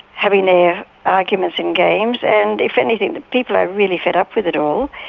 having their arguments and games, and if anything, people are really fed up with it all.